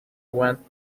went